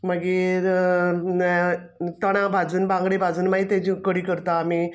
मागीर तणा भाजून बांगडे भाजून मागीर तेजो कडी करता आमी